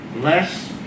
less